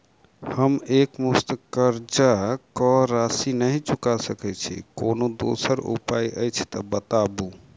हम एकमुस्त कर्जा कऽ राशि नहि चुका सकय छी, कोनो दोसर उपाय अछि तऽ बताबु?